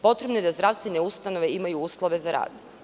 Potrebno je da zdravstvene ustanove imaju uslove za rad.